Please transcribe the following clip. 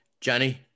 Johnny